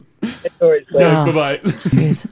Bye-bye